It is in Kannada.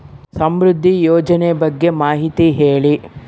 ಸಮೃದ್ಧಿ ಯೋಜನೆ ಬಗ್ಗೆ ಮಾಹಿತಿ ಹೇಳಿ?